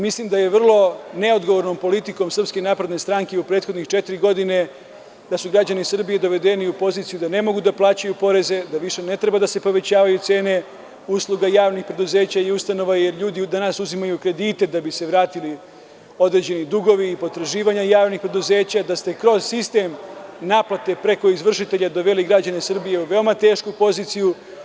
Mislim da vrlo neodgovorno politikom SNS i u prethodne četiri godine su građani Srbije dovedeni u poziciju da ne mogu da plaćaju poreze, da više ne treba da se povećavaju cene usluga javnih preduzeća i ustanova jer ljudi danas uzimaju kredite da bi se vratili određeni dugovi i potraživanja javnih preduzeća, da ste kroz sistem naplate preko izvršitelja doveli građane Srbije u veoma tešku poziciju.